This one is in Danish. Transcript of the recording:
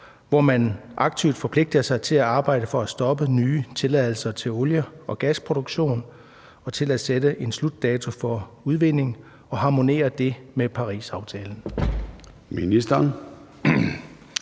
hvor man aktivt forpligter sig til at arbejde for at stoppe nye tilladelser til olie- og gasproduktion og til at sætte en slutdato for udvinding, og harmonerer det med Parisaftalen?